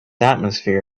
atmosphere